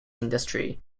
industry